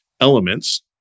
elements